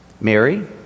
Mary